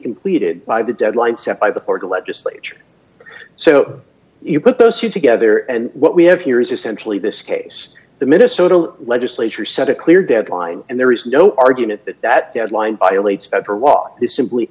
completed by the deadline set by the court the legislature so you put those two together and what we have here is essentially this case the minnesota legislature set a clear deadline and there is no argument that that deadline violates of her law is simply